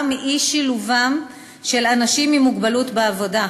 מאי-שילובם של אנשים עם מוגבלות בעבודה,